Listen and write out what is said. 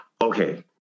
Okay